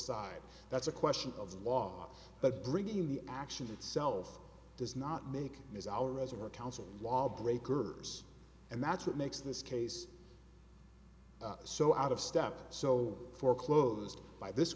side that's a question of law but bringing the action itself does not make is our rosa or counsel law breakers and that's what makes this case so out of step so foreclosed by this